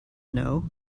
know